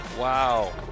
Wow